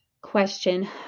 question